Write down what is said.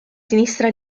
sinistra